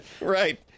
right